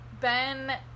Ben